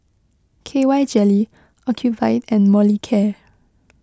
K Y Jelly Ocuvite and Molicare